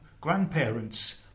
grandparent's